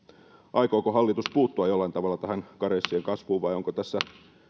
aikooko hallitus puuttua jollain tavalla tähän karenssien kasvuun vai onko tässä